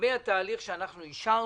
לגבי התהליך שאנחנו אישרנו,